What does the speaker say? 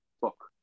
book